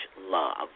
love